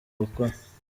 gukora